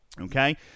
okay